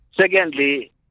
Secondly